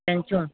कैंचू